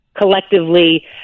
collectively